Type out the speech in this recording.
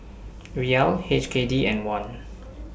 Riyal H K D and Won